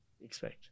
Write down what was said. expect